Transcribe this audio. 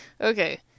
Okay